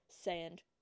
sand